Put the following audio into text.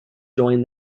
join